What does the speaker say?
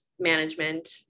management